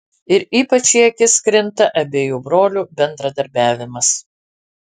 ir ypač į akis krinta abiejų brolių bendradarbiavimas